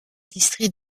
district